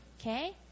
Okay